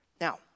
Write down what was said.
Now